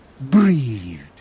breathed